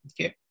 Okay